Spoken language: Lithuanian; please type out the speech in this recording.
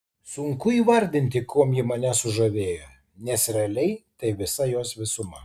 sunku įvardinti kuom ji mane sužavėjo nes realiai tai visa jos visuma